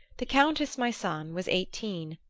the countess, my son, was eighteen,